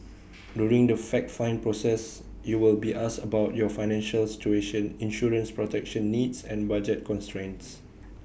during the fact find process you will be asked about your financial situation insurance protection needs and budget constraints